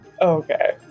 okay